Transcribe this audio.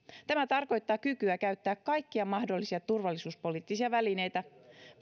tämä tarkoittaa kykyä käyttää kaikkia mahdollisia turvallisuuspoliittisia välineitä